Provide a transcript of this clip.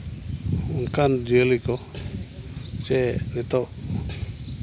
ᱚᱱᱠᱟᱱ ᱡᱤᱭᱟᱹᱞᱤ ᱠᱚ ᱪᱮ ᱱᱤᱛᱚᱜ